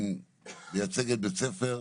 מייצגת בי ספר,